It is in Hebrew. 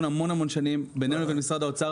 המון-המון שנים בינינו לבין משרד האוצר